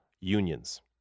unions